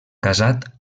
casat